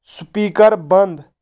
speaker بند